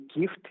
gift